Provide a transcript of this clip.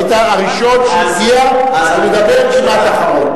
היית הראשון שהגיע ואתה מדבר כמעט אחרון.